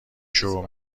شروع